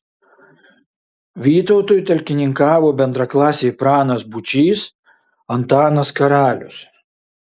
vytautui talkininkavo bendraklasiai pranas būčys antanas karalius